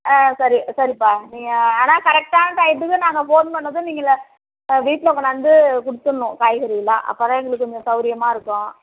ஆ சரி சரிப்பா நீங்கள் ஆனால் கரெக்டான டையத்துக்கு நாங்கள் ஃபோன் பண்ணதும் நீங்களே வீட்டில் கொண்டாந்து கொடுத்துர்ணும் காய்கறிலாம் அப்போ தான் எங்களுக்கு கொஞ்சம் சௌகரியமா இருக்கும்